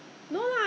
ah that's true